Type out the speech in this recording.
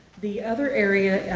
the other area,